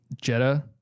Jetta